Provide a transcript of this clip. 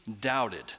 doubted